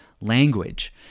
language